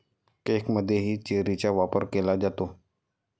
केकमध्येही चेरीचा वापर केला जातो